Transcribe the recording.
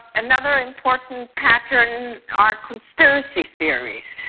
another important pattern are conspiracy theories,